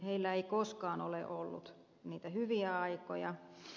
heillä ei koskaan ole ollut niitä hyviä aikoja